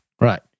Right